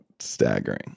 Staggering